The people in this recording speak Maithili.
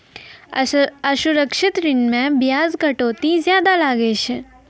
असुरक्षित ऋण मे बियाज कटौती जादा लागै छै